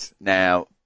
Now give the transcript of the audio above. Now